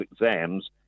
exams